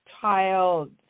child